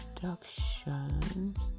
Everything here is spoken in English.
productions